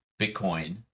Bitcoin